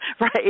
right